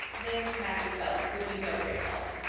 this, matthew felt, would be no great help.